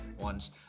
ones